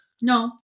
No